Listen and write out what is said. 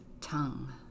tongue